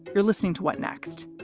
you're listening to what next?